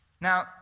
Now